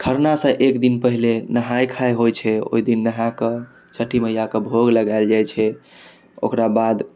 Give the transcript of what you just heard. खरनासँ एकदिन पहिले नहाइ खाइ होइ छै ओहिदिन नहाकऽ छठि मइआके भोग लगाएल जाइ छै ओकराबाद